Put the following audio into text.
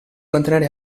mantenere